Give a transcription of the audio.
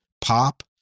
Pop